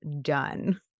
done